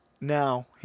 Now